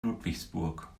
ludwigsburg